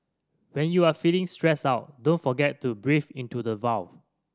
when you are feeling stressed out don't forget to breathe into the void